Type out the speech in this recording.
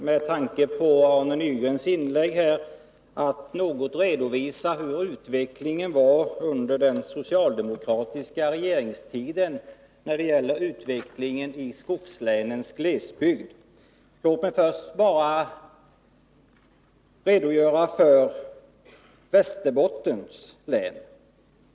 Herr talman! Efter Arne Nygrens inlägg finns det anledning att något redovisa hur utvecklingen i skogslänens glesbygd var under den socialdemokratiska regeringstiden. Men låt mig först redogöra för utvecklingen i Västerbottens län.